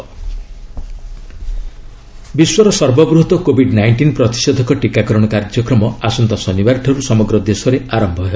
polio vaccine ବିଶ୍ୱର ସର୍ବବୃହତ୍ Covid nineteen ପ୍ରତିଷେଧକ ଟୀକାକରଣ କାର୍ଯ୍ୟକ୍ରମ ଆସନ୍ତା ଶନିବାରଠାରୁ ସମଗ୍ର ଦେଶରେ ଆରମ୍ଭ ହେବ